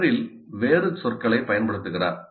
Merrill வேறு சொற்களைப் பயன்படுத்துகிறார்